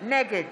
נגד